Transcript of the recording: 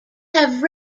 have